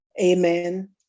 Amen